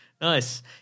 Nice